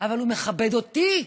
אבל הוא מכבד אותי,